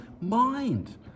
mind